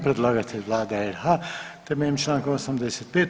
Predlagatelj Vlada RH temeljem članka 85.